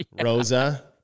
Rosa